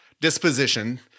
disposition